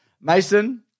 Mason